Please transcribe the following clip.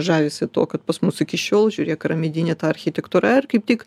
žavisi tuo kad pas mus iki šiol žiūrėk yra medinė ta architektūra ir kaip tik